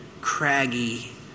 craggy